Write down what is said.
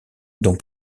dont